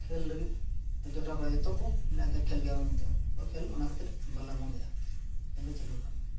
ᱠᱷᱮᱞ ᱞᱟᱹᱜᱤᱫ ᱡᱚᱴᱟᱣ ᱠᱚᱲᱟ ᱡᱷᱚᱛᱚ ᱠᱚ ᱢᱮᱱ ᱫᱟ ᱠᱷᱮᱞ ᱜᱮᱭᱟ ᱵᱚᱱ ᱢᱮᱱᱛᱮ ᱠᱷᱮᱞ ᱚᱱᱟ ᱠᱷᱟᱹᱛᱤᱨ ᱵᱟᱞᱮ ᱵᱚᱱᱫᱚᱭᱮᱜᱼᱟ ᱠᱷᱮᱞ ᱫᱚ ᱪᱟᱹᱞᱩᱣ ᱟᱠᱟᱱ ᱜᱮᱭᱟ